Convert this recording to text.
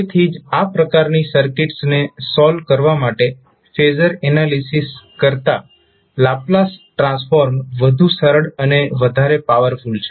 તેથી જ આ પ્રકારની સર્કિટ્સને સોલ્વ કરવા માટે ફેઝર એનાલિસિસ કરતાં લાપ્લાસ ટ્રાન્સફોર્મ વધુ સરળ અને વધારે પાવરફુલ છે